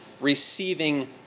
receiving